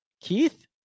keith